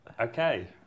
okay